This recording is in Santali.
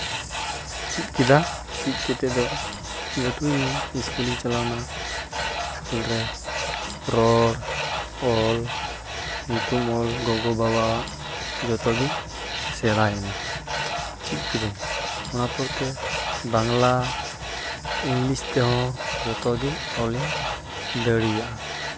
ᱪᱮᱫ ᱠᱮᱫᱟ ᱪᱮᱫ ᱠᱟᱛᱮᱫ ᱫᱚ ᱞᱟᱹᱴᱩᱭᱮᱱᱟᱹᱧ ᱤᱥᱠᱩᱞ ᱤᱧ ᱪᱟᱞᱟᱣᱮᱱᱟ ᱤᱥᱠᱩᱞ ᱨᱮ ᱨᱚᱲ ᱚᱞ ᱧᱩᱛᱩᱢ ᱚᱞ ᱜᱚᱜᱚ ᱵᱟᱵᱟᱣᱟᱜ ᱡᱚᱛᱚ ᱜᱤᱧ ᱥᱮᱬᱟᱭᱮᱱᱟ ᱪᱮᱫ ᱠᱤᱫᱟᱹᱧ ᱚᱱᱟ ᱯᱚᱨᱛᱮ ᱵᱟᱝᱞᱟ ᱤᱝᱞᱤᱥ ᱛᱮᱦᱚᱸ ᱡᱚᱛᱚᱜᱮ ᱚᱞᱤᱧ ᱫᱟᱲᱮᱭᱟᱜᱼᱟ